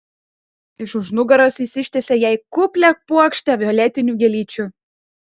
iš už nugaros jis ištiesė jai kuplią puokštę violetinių gėlyčių